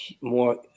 more